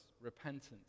repentance